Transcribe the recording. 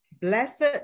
blessed